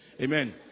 Amen